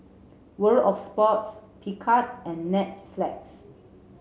World Of Sports Picard and Netflix